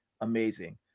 amazing